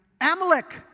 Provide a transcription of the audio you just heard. Amalek